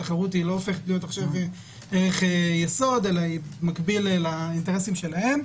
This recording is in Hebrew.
התחרות לא הופכת להיות ערך יסוד אלא היא במקביל לאינטרסים שלהם,